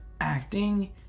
acting